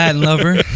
lover